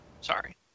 Sorry